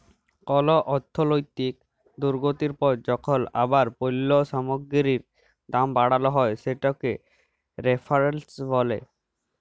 call অর্থলৈতিক দুর্গতির পর যখল আবার পল্য সামগ্গিরির দাম বাড়াল হ্যয় সেটকে রেফ্ল্যাশল ব্যলে